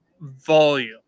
volume